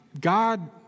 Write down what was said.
God